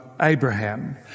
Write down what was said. Abraham